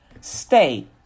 stay